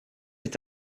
est